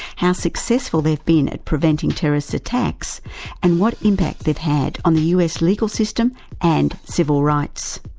how successful they have been at preventing terrorist attacks and what impact they have had on the us legal system and civil rights.